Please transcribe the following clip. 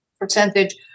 percentage